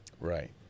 Right